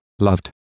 loved